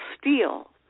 steal